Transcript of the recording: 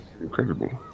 Incredible